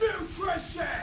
nutrition